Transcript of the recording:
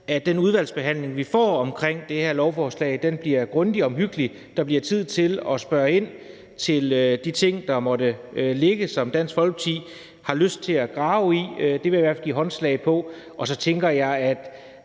at den udvalgsbehandling, vi får om det her lovforslag, bliver grundig og omhyggelig, og at der bliver tid til at spørge ind til de ting, der måtte ligge, og som Dansk Folkeparti har lyst til at grave i. Det vil jeg i hvert fald give håndslag på. Og så tænker jeg,